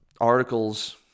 articles